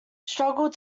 struggled